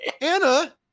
Anna